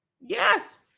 Yes